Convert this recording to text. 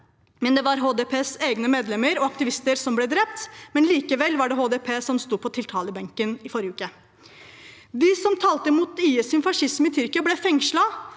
men det var HDPs egne medlemmer og aktivister som ble drept. Likevel var det HDP som sto på tiltalebenken i forrige uke. De som talte mot IS’ fascisme i Tyrkia, ble fengslet,